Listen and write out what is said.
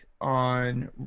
on